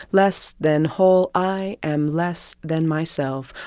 less than whole i am less than myself.